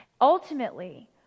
Ultimately